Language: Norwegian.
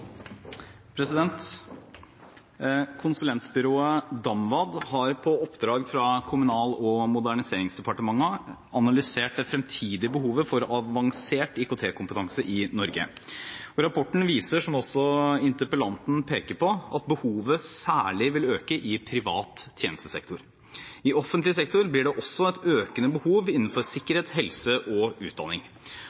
fremtidige behovet for avansert IKT-kompetanse i Norge. Rapporten viser, som også interpellanten peker på, at behovet særlig vil øke i privat tjenestesektor. I offentlig sektor blir det også et økende behov innenfor sikkerhet, helse og utdanning.